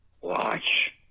watch